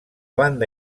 banda